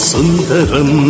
Sundaram